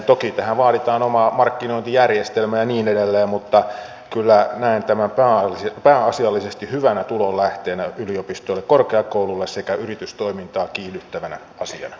toki tähän vaaditaan omaa markkinointijärjestelmää ja niin edelleen mutta kyllä näen tämän pääasiallisesti hyvänä tulonlähteenä yliopistoille korkeakouluille sekä yritystoimintaa kiihdyttävänä asiana